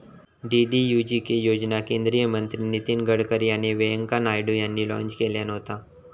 DDUGK योजना केंद्रीय मंत्री नितीन गडकरी आणि व्यंकय्या नायडू यांनी लॉन्च केल्यान होता